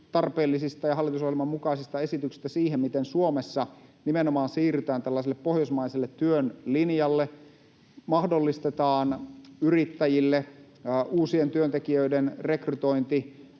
tarpeellisista ja hallitusohjelman mukaisista esityksistä siitä, miten Suomessa nimenomaan siirrytään tällaiselle pohjoismaiselle työn linjalle, mahdollistetaan yrittäjille uusien työntekijöiden rekrytointi,